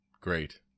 great